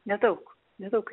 nedaug nedaug